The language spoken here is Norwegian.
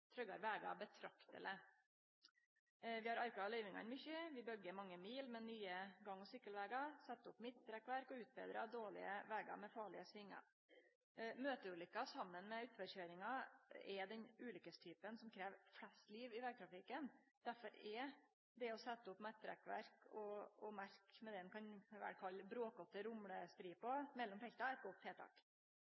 tryggare vegar betrakteleg. Vi har auka løyvingane mykje, vi byggjer mange mil med nye gang- og sykkelvegar, set opp midtrekkverk og utbetrar dårlege vegar med farlege svingar. Møteulukker saman med utforkøyringsulukker er den ulukkestypen som krev flest liv i vegtrafikken. Derfor er det å setje opp midtrekkverk og merke med det ein vel kan